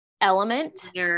element